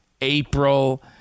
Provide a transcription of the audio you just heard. April